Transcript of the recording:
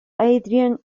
adrian